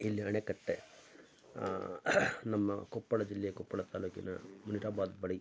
ಇಲ್ಲಿ ಅಣೆಕಟ್ಟೆ ನಮ್ಮ ಕೊಪ್ಪಳ ಜಿಲ್ಲೆಯ ಕೊಪ್ಪಳ ತಾಲೂಕಿನ ಮುನಿರಾಬಾದ್ ಬಳಿ